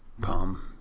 palm